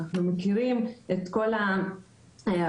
אנחנו מכירים את כל הפערים,